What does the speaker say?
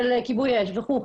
של כיבוי אש וכולי.